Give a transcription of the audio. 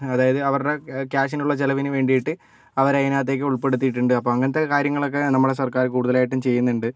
അതായത് അവരുടെ കാഷിനുള്ള ചെലവിന് വേണ്ടിയിട്ട് അവർ അതിനകത്തേക്ക് ഉൾപ്പെടുത്തിയിട്ടുണ്ട് അപ്പോൾ അങ്ങനത്തെ കാര്യങ്ങളൊക്കെ നമ്മളെ സർക്കാർ കൂടുതൽ ആയിട്ടും ചെയ്യുന്നുണ്ട്